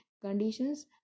conditions